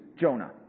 Jonah